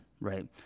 right